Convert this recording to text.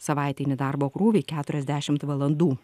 savaitinį darbo krūvį keturiasdešimt valandų